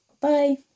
Bye